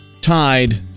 Tide